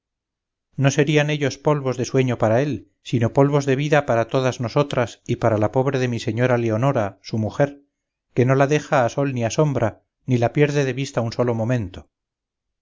no serían ellos polvos de sueño para él sino polvos de vida para todas nosotras y para la pobre de mi señora leonora su mujer que no la deja a sol ni a sombra ni la pierde de vista un solo momento